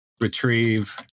retrieve